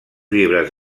llibres